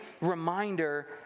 reminder